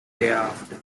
thereafter